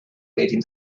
latin